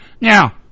Now